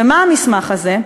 ומה המסמך הזה?